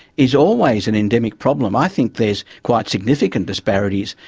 is always an endemic problem. i think there's quite significant disparities.